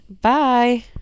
Bye